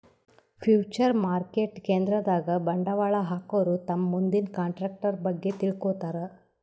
future market ಕೇಂದ್ರದಾಗ್ ಬಂಡವಾಳ್ ಹಾಕೋರು ತಮ್ ಮುಂದಿನ ಕಂಟ್ರಾಕ್ಟರ್ ಬಗ್ಗೆ ತಿಳ್ಕೋತಾರ್